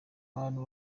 abantu